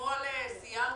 אתמול הלכתי,